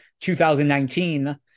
2019